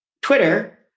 Twitter